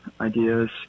ideas